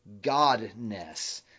godness